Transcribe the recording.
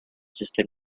system